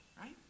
right